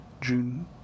June